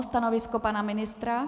Stanovisko pana ministra?